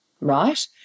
right